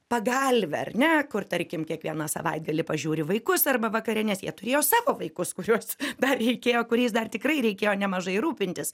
pagalve ar ne kur tarkim kiekvieną savaitgalį pažiūri vaikus arba vakare nes jie turėjo savo vaikus kuriuos dar reikėjo kuriais dar tikrai reikėjo nemažai rūpintis